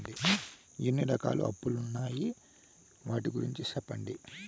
ఎన్ని రకాల అప్పులు ఉన్నాయి? వాటి గురించి సెప్పండి?